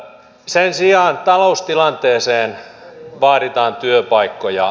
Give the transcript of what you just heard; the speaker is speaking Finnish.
sen sijaan taloustilanteeseen vaaditaan työpaikkoja